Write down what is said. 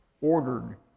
ordered